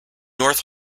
north